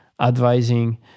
advising